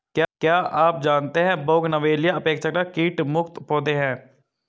क्या आप जानते है बोगनवेलिया अपेक्षाकृत कीट मुक्त पौधे हैं?